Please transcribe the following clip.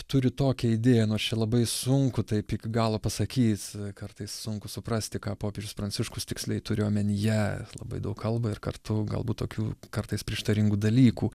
turi tokią idėją nors čia labai sunku tai tik galo pasakyt kartais sunku suprasti ką popiežius pranciškus tiksliai turi omenyje labai daug kalba ir kartu galbūt tokių kartais prieštaringų dalykų